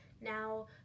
Now